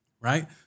right